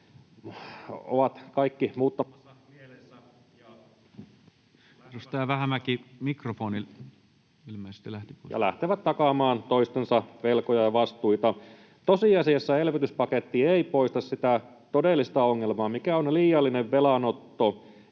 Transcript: lähtevät takaamaan toistensa velkoja ja vastuita. Tosiasiassa elvytyspaketti ei poista sitä todellista ongelmaa, mikä on liiallinen velanotto